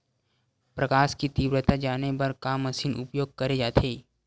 प्रकाश कि तीव्रता जाने बर का मशीन उपयोग करे जाथे?